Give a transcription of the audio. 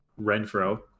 Renfro